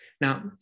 Now